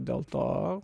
dėl to